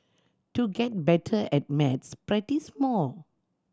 to get better at maths practise more